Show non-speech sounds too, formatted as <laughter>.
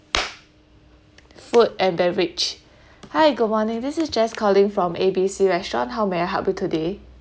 food and beverage <breath> hi good morning this is jess calling from A B C restaurant how may I help you today